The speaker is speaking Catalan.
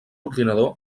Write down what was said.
ordinador